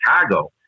Chicago